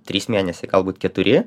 trys mėnesiai galbūt keturi